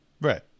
Right